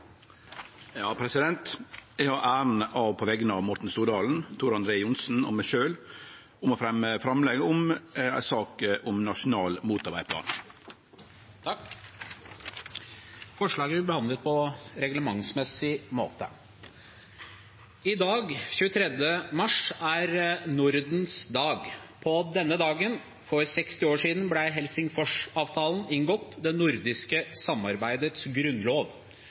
har, på vegner av representantane Morten Stordalen, Tor André Johnsen og meg sjølv, æra av å framsetje eit representantframlegg om ein nasjonal motorvegplan. Forslaget vil bli behandlet på reglementsmessig måte. I dag, den 23. mars, er Nordens dag. På denne dagen for 60 år siden ble Helsingforsavtalen inngått – det nordiske samarbeidets